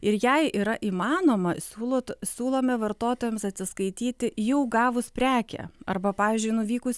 ir jei yra įmanoma siūlot siūlome vartotojams atsiskaityti jau gavus prekę arba pavyzdžiui nuvykus